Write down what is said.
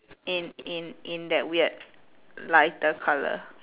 in in in that weird lighter colour